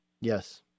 Yes